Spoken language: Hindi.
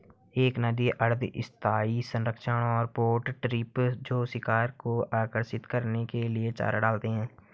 एक नदी अर्ध स्थायी संरचना और पॉट ट्रैप जो शिकार को आकर्षित करने के लिए चारा डालते हैं